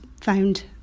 found